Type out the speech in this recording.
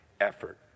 effort